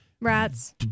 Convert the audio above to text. Rats